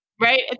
Right